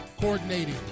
Coordinating